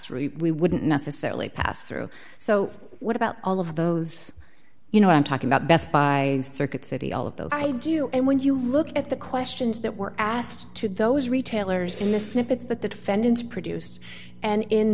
through we wouldn't necessarily pass through so what about all of those you know i'm talking about best buy circuit city all of those i do and when you look at the questions that were asked to those retailers in the snippets that the defendants produced and in